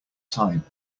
time